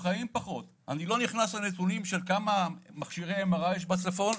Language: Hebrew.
אני לא נכנס לנתונים של כמה מכשירי MRI יש בצפון,